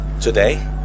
today